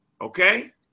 okay